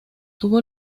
tuvo